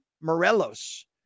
Morelos